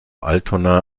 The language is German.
altona